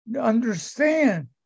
understand